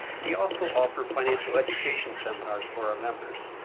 we also offer financial education seminars for our members.